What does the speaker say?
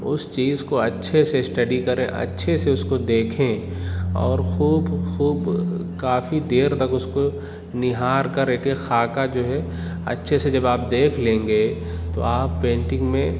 اُس چیز کو اچھے سے اسٹڈی کریں اچھے سے اُس کو دیکھیں اور خوب خوب کافی دیر تک اُس کو نِہار کر ایک ایک خاکہ جو ہے اچھے سے جب آپ دیکھ لیں گے تو آپ پینٹنگ میں